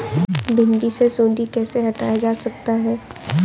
भिंडी से सुंडी कैसे हटाया जा सकता है?